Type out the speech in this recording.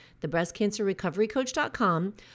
thebreastcancerrecoverycoach.com